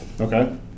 Okay